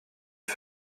les